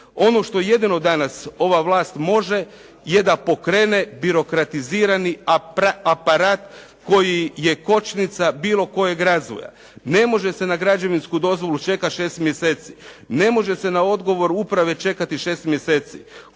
Ono što jedino danas, ova vlast može je da pokrene birokratizirani aparat koji je kočnica bilo kojeg razvoja. Ne može se na građevinsku dozvolu čekati 6 mjeseci. Ne može se na odgovor uprave čekati 6 mjeseci,